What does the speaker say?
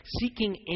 seeking